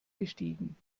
gestiegen